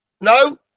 no